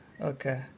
okay